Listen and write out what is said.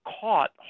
caught